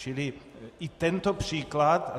Čili i tento příklad.